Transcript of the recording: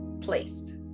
placed